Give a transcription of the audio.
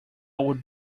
would